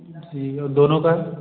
और दोनों का